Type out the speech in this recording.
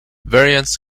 variants